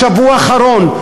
בשבוע האחרון,